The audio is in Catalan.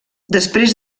després